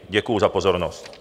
Děkuji za pozornost.